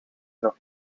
nog